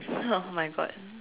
oh my God